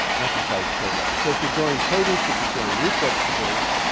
amplifies terroir. so, if you're growing produce, if you're growing root vegetables,